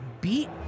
beat